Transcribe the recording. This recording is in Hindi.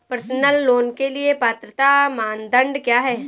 पर्सनल लोंन के लिए पात्रता मानदंड क्या हैं?